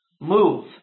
move